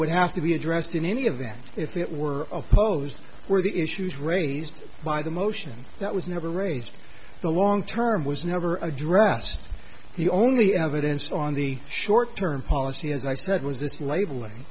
would have to be addressed in any of them if that were opposed were the issues raised by the motion that was never raised the long term was never addressed the only evidence on the short term policy as i said was this label